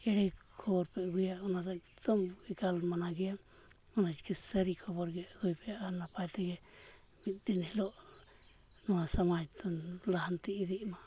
ᱮᱲᱮ ᱠᱷᱚᱵᱚᱨ ᱯᱮ ᱟᱹᱜᱩᱭᱟ ᱚᱱᱟ ᱞᱟᱹᱜᱤᱫ ᱮᱠᱫᱚᱢ ᱮᱠᱟᱞ ᱢᱟᱱᱟ ᱜᱮᱭᱟ ᱚᱱᱟ ᱪᱤᱠᱟᱹ ᱥᱟᱹᱨᱤ ᱠᱷᱚᱵᱚᱨ ᱜᱮ ᱟᱹᱜᱩᱭ ᱯᱮ ᱟᱨ ᱱᱟᱯᱟᱭ ᱛᱮᱜᱮ ᱢᱤᱫ ᱫᱤᱱ ᱦᱤᱞᱳᱜ ᱱᱚᱣᱟ ᱥᱚᱢᱟᱡᱽ ᱫᱚ ᱞᱟᱦᱟᱱᱛᱤ ᱤᱫᱤᱜ ᱢᱟ